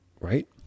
Right